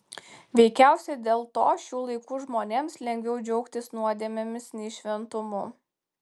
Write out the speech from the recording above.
veikiausiai dėl to šių laikų žmonėms lengviau džiaugtis nuodėmėmis nei šventumu